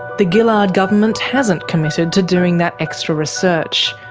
the gillard government hasn't committed to doing that extra research.